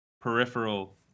peripheral